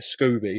Scooby